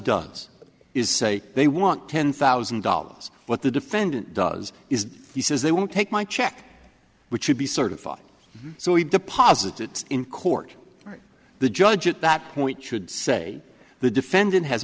does is say they want ten thousand dollars what the defendant does is he says they won't take my check which should be certified so we deposit it in court the judge at that point should say the defendant has